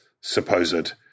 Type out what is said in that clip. supposed